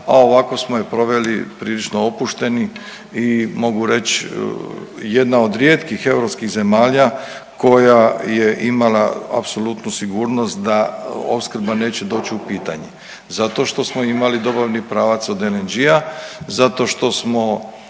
a ovako smo je proveli prilično opušteni i mogu reć jedna od rijetkih europskih zemalja koja je imala apsolutnu sigurnost da opskrba neće doć u pitanje zato što smo imali dobavni pravac od LNG-a, zato što smo